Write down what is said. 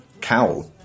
cowl